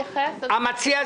המציע,